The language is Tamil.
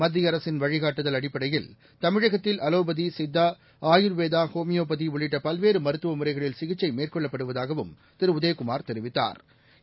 மத்தியஅரசின் வழிகாட்டுதல் அடிப்படையில் தமிழகத்தில் அலோபதி சித்தா ஆயூர்வேதா ஹோமியோபதிஉள்ளிட்டபல்வேறுமருத்துவமுறைகளில் சிகிச்சைமேற்கொள்ளப்படுவதாகவும் திருஉதயகுமார் தெரிவித்தாா்